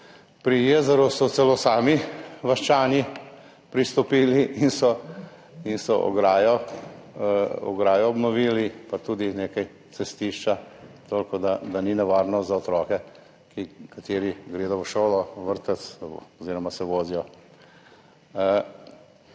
pri Jezeru so celo sami vaščani pristopili in so ograjo obnovili pa tudi nekaj cestišča, toliko, da ni nevarno za otroke, ki gredo v šolo, v vrtec oziroma se vozijo.